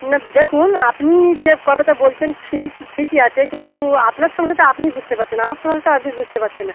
না দেখুন আপনি যে কথাটা বলছেন ঠিক ঠিকই আছে কিন্তু আপনার সংসারটা আপনি বুঝতে পারছেন আমার সংসারটা আপনি বুঝতে পারছেন না